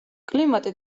კლიმატი